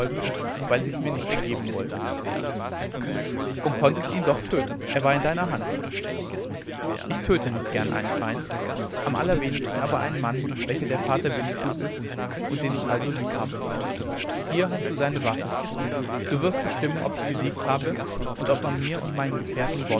weil er sich mir nicht ergeben wollte und konntest ihn doch töten er war in deiner hand ich töte nicht gern einen feind am allerwenigsten aber einen mann welcher der vater winnetous ist und den ich also lieb habe hier hast du seine waffe du wirst bestimmen ob ich gesiegt habe und ob man mir und meinen gefährten